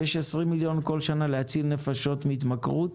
כשיש 20 מיליון בכל שנה להציל נפשות מהתמכרות.